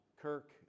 Kirk